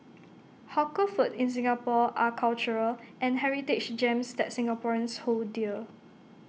hawker food in Singapore are cultural and heritage gems that Singaporeans hold dear